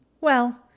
Well